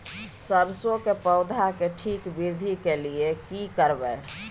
सरसो के पौधा के ठीक वृद्धि के लिये की करबै?